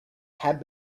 had